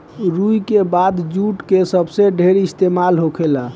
रुई के बाद जुट के सबसे ढेर इस्तेमाल होखेला